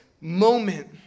moment